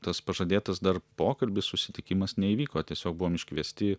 tas pažadėtas dar pokalbis susitikimas neįvyko tiesiog buvom iškviesti